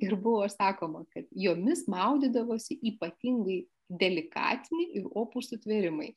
ir buvo sakoma kad jomis maudydavosi ypatingai delikatiniai ir opūs sutvėrimai